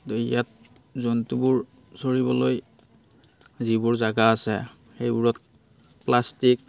এই ইয়াত জন্তুবোৰ চৰিবলৈ যিবোৰ জেগা আছে সেইবোৰত প্লাষ্টিক